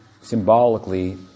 symbolically